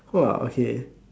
!wah! okay